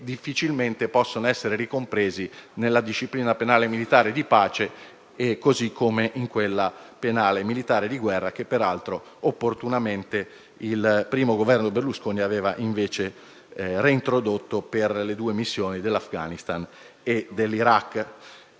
difficilmente possono essere ricompresi nella disciplina penale militare di pace, così come in quella penale militare di guerra che, peraltro, opportunamente il Governo Berlusconi aveva invece reintrodotto per le due missioni dell'Afghanistan e dell'Iraq.